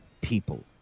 people